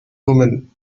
women